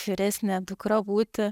vyresnė dukra būti